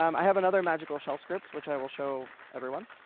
um i have another magical shell script, which i will show everyone.